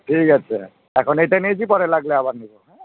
ঠিক আছে এখন এইটা নিয়েছি পরে লাগলে আবার নিবো হ্যাঁ